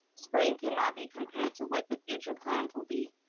spring can not be compared to what the future plans will be.